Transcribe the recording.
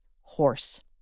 horse